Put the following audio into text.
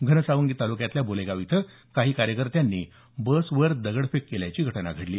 घनसावंगी तालुक्यातल्या बोलेगाव इथं काही कार्यकर्त्यांनी बसवर दगडफेक केल्याची घटना घडली